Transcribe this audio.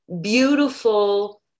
beautiful